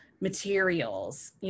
materials